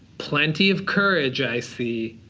plenty of courage i see.